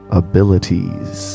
abilities